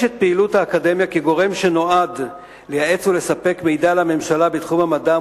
את פעילות האקדמיה כגורם שנועד לייעץ ולספק מידע לממשלה בתחום המדע,